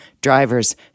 drivers